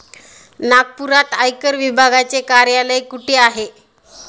नागपुरात आयकर विभागाचे कार्यालय कुठे आहे?